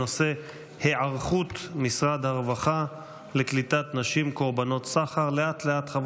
הנושא: היערכות משרד הרווחה לקליטת נשים קורבנות סחר.